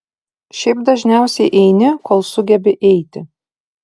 šiaip dažniausiai eini kol sugebi eiti